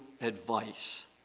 advice